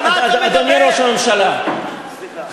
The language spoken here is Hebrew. אבל, אדוני ראש הממשלה, על מה אתה מדבר?